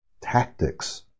tactics